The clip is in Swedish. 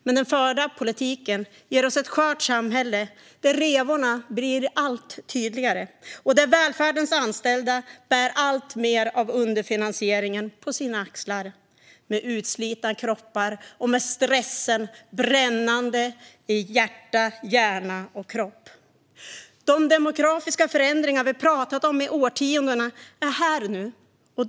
Men den förda politiken ger oss ett skört samhälle där revorna blir allt tydligare och där välfärdens anställda bär alltmer av underfinansieringen på sina axlar med utslitna kroppar och med stressen brännande i hjärta, hjärna och kropp. De demografiska förändringar vi pratat om i årtionden är här nu.